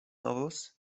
novels